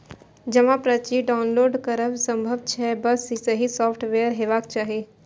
जमा पर्ची डॉउनलोड करब संभव छै, बस सही सॉफ्टवेयर हेबाक चाही